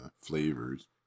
flavors